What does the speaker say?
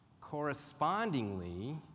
Correspondingly